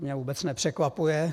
To mě vůbec nepřekvapuje.